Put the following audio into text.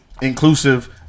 inclusive